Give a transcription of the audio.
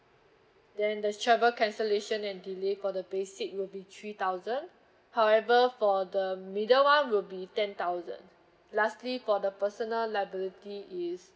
then the travel cancellation and delay for the basic will be three thousand however for the middle one will be ten thousand lastly for the personal liability is